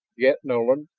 yet, nolan,